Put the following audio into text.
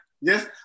Yes